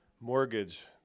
mortgage